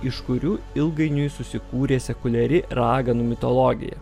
iš kurių ilgainiui susikūrė sekuliari raganų mitologija